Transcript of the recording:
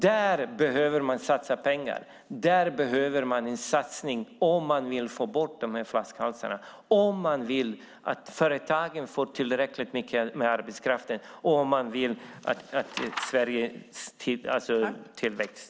Där behöver man satsa pengar om dessa flaskhalsar ska tas bort, om företagen ska få tillräckligt med arbetskraft och Sverige ska få en tillväxt.